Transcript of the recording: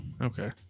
Okay